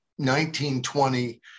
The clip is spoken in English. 1920